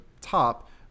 top